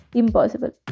impossible